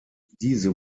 diese